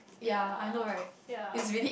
ya ya